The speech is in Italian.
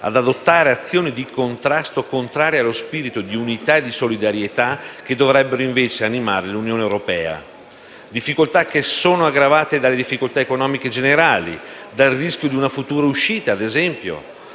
ad adottare azioni di contrasto contrarie allo spirito di unità e solidarietà che dovrebbero invece animare l'Unione europea. Difficoltà che sono aggravate dalle difficoltà economiche generali, ad esempio dal rischio di una futura uscita - a breve